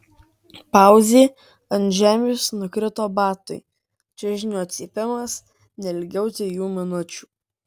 pauzė ant žemės nukrito batai čiužinio cypimas ne ilgiau trijų minučių